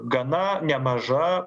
gana nemaža